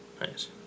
nice